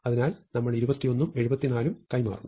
അതിനാൽ നമ്മൾ 21 ഉം 74 ഉം കൈമാറുന്നു